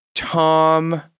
Tom